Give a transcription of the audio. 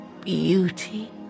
beauty